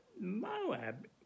Moab